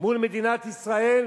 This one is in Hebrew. מול מדינת ישראל